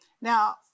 Now